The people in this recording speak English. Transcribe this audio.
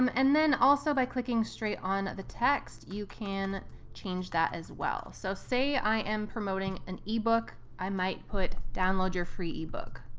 um and then also by clicking straight on the text, you can change that as well. so say i am promoting an ebook. i might put download your free ebook.